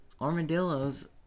armadillos